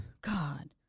God